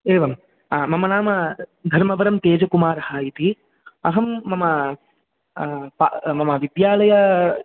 एवं मम नाम धर्मवरं तेजकुमारः इति अहं मम मम विद्यालय